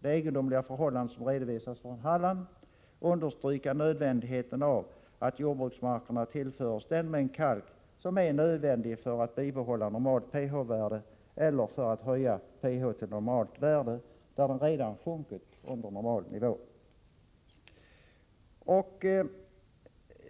det egendomliga förhållandet som redovisats från Halland — understryka nödvändigheten av att jordbruksmarkerna tillförs den mängd kalk som är nödvändig för att bibehålla normalt pH-värde eller för att höja pH till normalt värde där det redan har sjunkit under normal nivå.